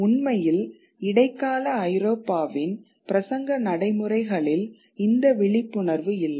உண்மையில் இடைக்கால ஐரோப்பாவின் பிரசங்க நடைமுறைகளில் இந்த விழிப்புணர்வு இல்லை